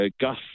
Gus